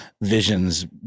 visions